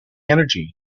energy